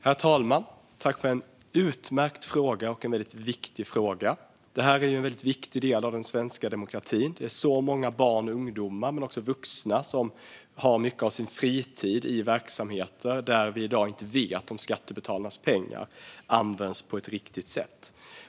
Herr talman! Jag tackar för en utmärkt och viktig fråga. Det handlar om en viktig del av den svenska demokratin. Det är många barn och ungdomar men också vuxna som har mycket av sin fritid i verksamheter där vi i dag inte vet om skattebetalarnas pengar används på ett riktigt sätt.